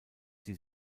die